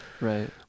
right